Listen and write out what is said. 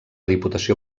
diputació